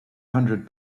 hundred